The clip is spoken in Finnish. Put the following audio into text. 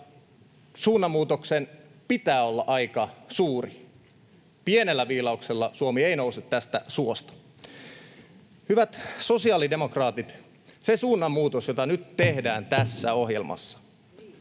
suunnanmuutoksen pitää olla aika suuri. Pienellä viilauksella Suomi ei nouse tästä suosta. Hyvät sosiaalidemokraatit, se suunnanmuutos, jota nyt tehdään tässä ohjelmassa,